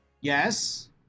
Yes